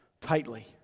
tightly